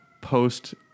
post